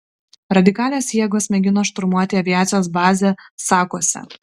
radikalios jėgos mėgino šturmuoti aviacijos bazę sakuose